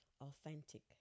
authentic